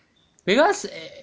because